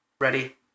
ready